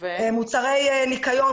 מוצרי ניקיון,